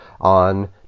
on